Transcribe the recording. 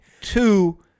Two